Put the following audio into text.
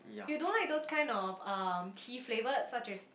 you don't like those kind of um tea flavoured such as